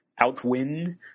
outwin